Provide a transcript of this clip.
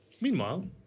Meanwhile